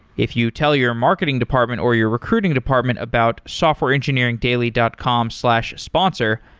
if you tell your marketing department or your recruiting department about softwareengineeringdaily dot com slash sponsor,